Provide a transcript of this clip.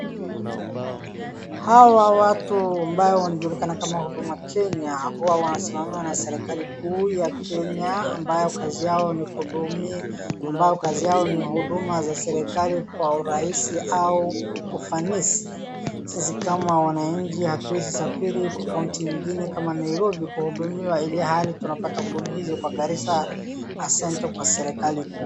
Hawa watu ambao wanajulikana kama huduma Kenya huwa wanasimamiwa na serikali kuu ya Kenya ambao kazi yao ni huduma za serikali kwa urahisi au ufanisi. Sisi kama wanaanchi hatuezi safari kwa kaunti ingine kama Nairobi kuhudumiwa ilhali tunapata huduma hizo kwa Garissa asante kwa serikali kuu.